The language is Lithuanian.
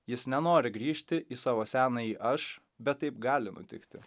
jis nenori grįžti į savo senąjį aš bet taip gali nutikti